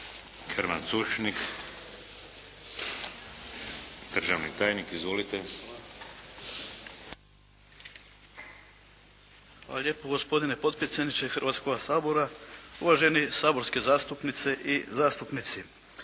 Hrvatskoga sabora, uvaženi saborske zastupnice i zastupnici.